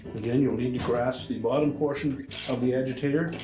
again, you'll need to grasp the bottom portion of the agitator,